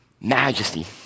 majesty